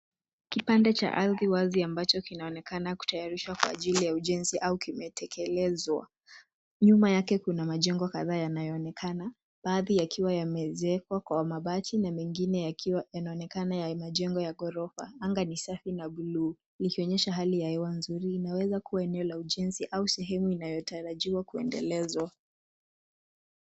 Kipande cha ardhi wazi ambacho kinaonekana kutayarishwa kwa ajili ya ujenzi au kimetekelezwa. Nyuma yake kuna majengo kadhaa yanayoonekana. Baadhi yakiwa yameezekwa kwa mabati na mengine yakiwa yanaonekana majengo ya ghorofa. Anga ni safi na bluu likionyesha hali ya hewa nzuri. Inaweza kuwa eneo la ujenzi au sehemu inayotarajiwa kuendelezwa.